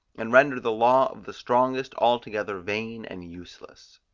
and render the law of the strongest altogether vain and useless.